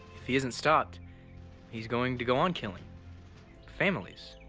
if he isn't stopped he's going to go on killing families.